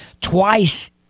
twice